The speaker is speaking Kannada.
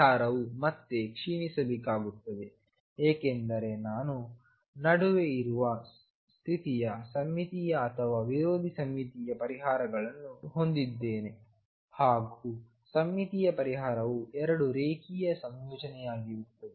ಪರಿಹಾರವು ಮತ್ತೆ ಕ್ಷೀಣಿಸಬೇಕಾಗುತ್ತದೆ ಏಕೆಂದರೆ ನಾನು ನಡುವೆ ಇರುವ ಸ್ಥಿತಿಯು ಸಮ್ಮಿತೀಯ ಅಥವಾ ವಿರೋಧಿ ಸಮ್ಮಿತೀಯ ಪರಿಹಾರಗಳನ್ನು ಹೊಂದಲಿದ್ದೇನೆ ಹಾಗೂ ಸಮ್ಮಿತೀಯ ಪರಿಹಾರವು ಎರಡು ರೇಖೀಯ ಸಂಯೋಜನೆಯಾಗಿರುತ್ತದೆ